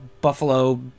buffalo